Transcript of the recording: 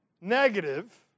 negative